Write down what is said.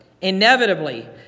inevitably